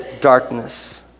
darkness